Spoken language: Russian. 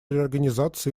реорганизации